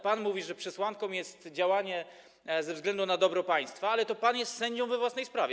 Pan mówi, że przesłanką jest działanie ze względu na dobro państwa, ale to pan jest sędzią we własnej sprawie.